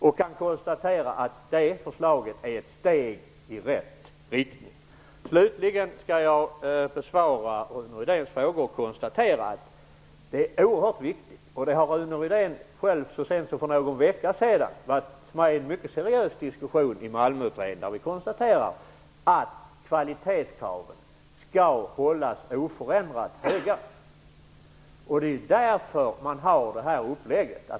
Jag kan konstatera att förslaget är ett steg i rätt riktning. Slutligen skall jag besvara Rune Rydéns frågor. Jag konstaterar att detta är oerhört viktigt. Rune Rydén var själv så sent som för någon vecka sedan med i en mycket seriös diskussion i Malmöutredningen. Vi konstaterade att kvalitetskraven skall hållas oförändrat höga. Därför har man detta upplägg.